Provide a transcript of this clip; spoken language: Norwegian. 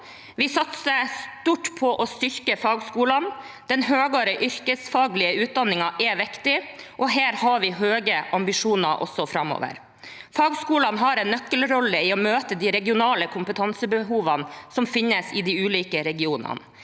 Vi satser stort på å styrke fagskolene. Den høyere yrkesfaglige utdanningen er viktig, og her har vi høye ambisjoner også framover. Fagskolene har en nøkkelrolle i å møte de kompetansebehovene som finnes i de ulike regionene.